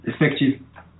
effective